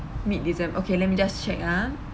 mid decem~ okay let me just check ah